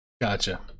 Gotcha